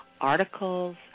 articles